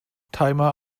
timer